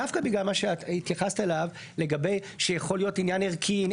דווקא בגלל מה שאת התייחסת אליו לגבי שיכול להיות עניין ערכי.